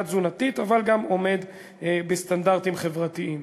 תזונתית אבל גם עומד בסטנדרטים חברתיים.